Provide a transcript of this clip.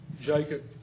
Jacob